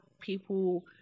people